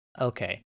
Okay